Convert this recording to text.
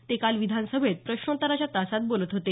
ते काल विधानसभेत प्रश्नोत्तराच्या तासात बोलत होते